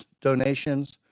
donations